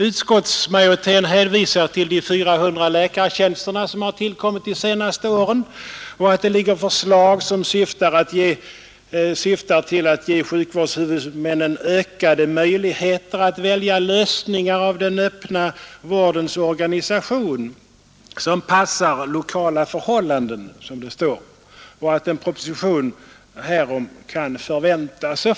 Utskottsmajoriteten hänvisar till de 400 läkartjänster som har tillkommit de senaste åren och att ett utredningsförslag syftar till att ge sjukvårdshuvudmännen ökade möjligheter att välja sådana lösningar av den öppna vårdens organisation som passar skiftande lokala förhållanden samt till att en proposition härom kan väntas.